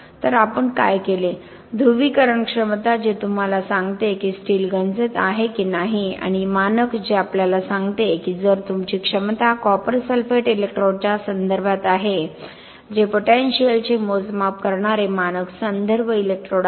तर आपण काय केले ध्रुवीकरण क्षमता जे तुम्हाला सांगते की स्टील गंजत आहे की नाही आणि मानक जे आपल्याला सांगते की जर तुमची क्षमता कॉपर सल्फेट इलेक्ट्रोडच्या संदर्भात आहे जे पोटेनिशियलचे मोजमाप करणारे मानक संदर्भ इलेक्ट्रोड आहे